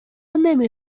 نمی